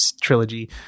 Trilogy